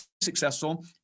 successful